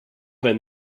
been